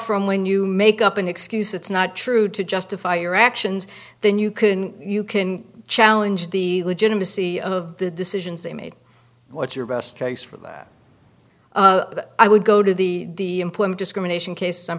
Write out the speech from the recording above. from when you make up an excuse it's not true to justify your actions then you can you can challenge the legitimacy of the decisions they made what's your best case for that i would go to the discrimination case some